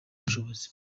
ubushobozi